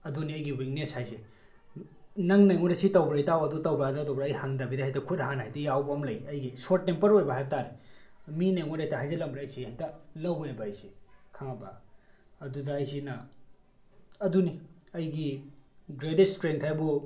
ꯑꯗꯨꯅꯤ ꯑꯩꯒꯤ ꯋꯤꯛꯅꯦꯁ ꯍꯥꯏꯁꯦ ꯅꯪꯅ ꯑꯩꯉꯣꯟꯗ ꯁꯤ ꯇꯧꯕ꯭ꯔꯥ ꯏꯇꯥꯎ ꯑꯗꯨ ꯇꯧꯕ꯭ꯔꯥ ꯑꯗꯥ ꯇꯧꯕ꯭ꯔꯥ ꯑꯩ ꯍꯪꯗꯕꯤꯗ ꯍꯦꯛꯇ ꯈꯨꯠ ꯍꯥꯟꯅ ꯍꯦꯛꯇ ꯌꯥꯎꯕ ꯑꯃ ꯂꯩ ꯑꯩꯒꯤ ꯁꯣꯔꯠ ꯇꯦꯝꯄꯔ ꯑꯣꯏꯕ ꯍꯥꯏꯕꯇꯥꯔꯦ ꯃꯤꯅ ꯑꯩꯉꯣꯟꯗ ꯍꯦꯛꯇ ꯍꯥꯏꯖꯤꯜꯂꯝꯕꯗ ꯑꯩꯁꯤ ꯍꯦꯛꯇ ꯂꯧꯋꯦꯕ ꯑꯩꯁꯤ ꯈꯪꯉꯕ ꯑꯗꯨꯗ ꯑꯩꯁꯤꯅ ꯑꯗꯨꯅꯤ ꯑꯩꯒꯤ ꯒ꯭ꯔꯦꯠꯇꯦꯁ ꯏꯁꯇꯔꯦꯡ ꯍꯥꯏꯕꯨ